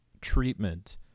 treatment